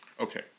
Okay